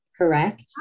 Correct